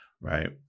right